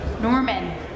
Norman